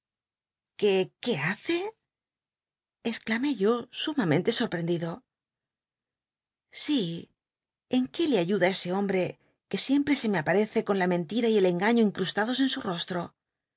qué hace exclamé yo su mamente sor prendido si en qué le iryuda ese hombre que siempre se me aparece con la men tira y el cngalio incrustados en su rostro